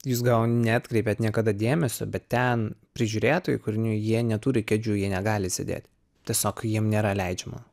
jūs gal neatkreipėt niekada dėmesio bet ten prižiūrėtojai kur jie neturi kėdžių ji negali sėdėt tiesiog jiem nėra leidžiama